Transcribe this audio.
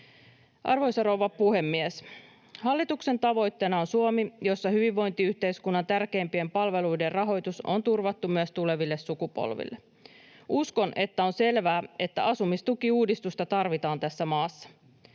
Arvoisa rouva puhemies! Hallituksen tavoitteena on Suomi, jossa hyvinvointiyhteiskunnan tärkeimpien palveluiden rahoitus on turvattu myös tuleville sukupolville. Uskon, että on selvää, että asumistukiuudistusta tarvitaan tässä maassa.